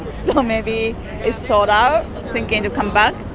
so maybe it's sold out. thinking to come back